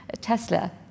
Tesla